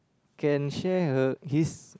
can share her his